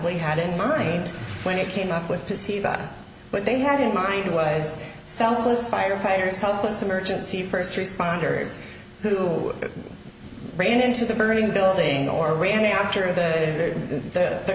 y had in mind when it came up with to see that what they had in mind was selfless firefighters helpless emergency first responders who were at ran into the burning building or ran after it hit the